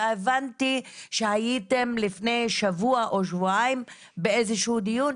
והבנתי שהייתם לפני שבוע או שבועיים באיזה שהוא דיון,